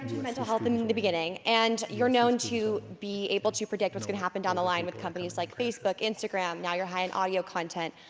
mental health in i mean the beginning and you're known to be able to predict what's gonna happen down the line with companies like facebook, instagram now you're high in audio content.